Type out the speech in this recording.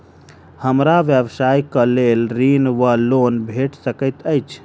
हमरा व्यवसाय कऽ लेल ऋण वा लोन भेट सकैत अछि?